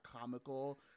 comical